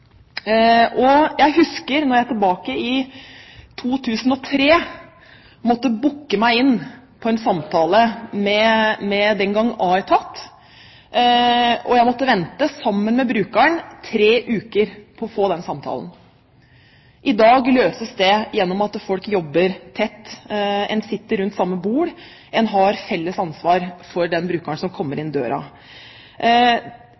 er jeg tilbake i 2003 – at jeg måtte booke meg inn for en samtale med den gang Aetat, og jeg måtte vente i tre uker sammen med brukeren på å få den samtalen. I dag løses det gjennom at folk jobber tett: Man sitter rundt samme bord, man har et felles ansvar for den brukeren som kommer